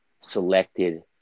selected